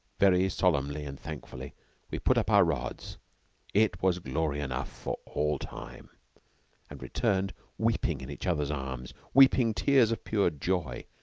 very solemnly and thankfully we put up our rods it was glory enough for all time and returned weeping in each other's arms, weeping tears of pure joy,